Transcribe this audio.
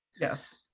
Yes